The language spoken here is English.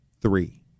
three